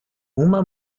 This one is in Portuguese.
uma